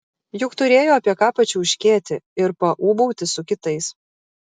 juk turėjo apie ką pačiauškėti ir paūbauti su kitais